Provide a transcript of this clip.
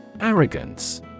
Arrogance